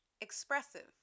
Expressive